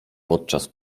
podczas